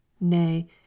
nay